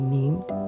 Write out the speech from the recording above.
named